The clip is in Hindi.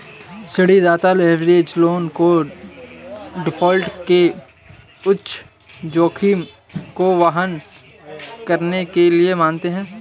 ऋणदाता लीवरेज लोन को डिफ़ॉल्ट के उच्च जोखिम को वहन करने के लिए मानते हैं